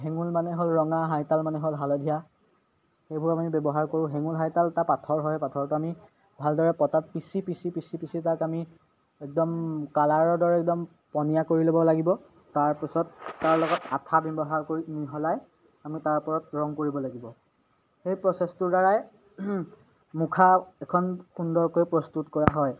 হেঙুল মানে হ'ল ৰঙা হাইতাল মানে হ'ল হালধীয়া সেইবোৰ আমি ব্যৱহাৰ কৰোঁ হেঙুল হাইতাল এটা পাথৰ হয় পাথৰটো আমি ভালদৰে পটাত পিচি পিচি পিচি পিচি তাক আমি একদম কালাৰৰ দৰে একদম পনীয়া কৰি ল'ব লাগিব তাৰপিছত তাৰ লগত আঠা ব্যৱহাৰ কৰি মিহলাই আমি তাৰ ওপৰত ৰং কৰিব লাগিব সেই প্ৰচেছটোৰ দ্বাৰাই মুখা এখন সুন্দৰকৈ প্ৰস্তুত কৰা হয়